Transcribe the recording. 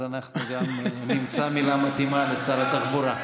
אז אנחנו גם נמצא מילה מתאימה לשר התחבורה.